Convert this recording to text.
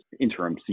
interim